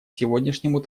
сегодняшнему